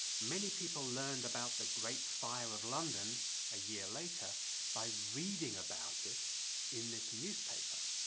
many people learned about the great fire of london a year later by reading about it in this newspaper.